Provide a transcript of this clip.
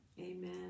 Amen